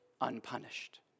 unpunished